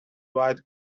white